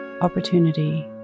opportunity